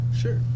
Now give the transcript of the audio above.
Sure